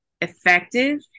effective